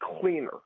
cleaner